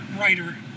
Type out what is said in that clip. writer